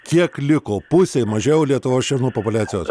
kiek liko pusė mažiau lietuvos šernų populiacijos